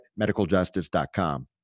medicaljustice.com